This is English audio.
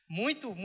muito